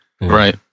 Right